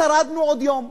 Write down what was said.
שרדנו עוד יום.